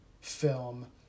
film